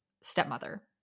stepmother